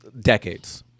decades